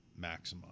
maximize